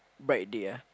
bright day ah